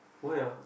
why ah